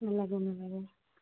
নালাগে নালাগে